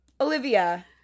olivia